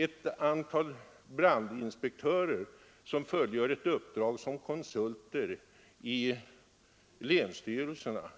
Ett antal brandinspektörer, som fullgör uppdrag som konsulter i länsstyrelserna,